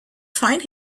find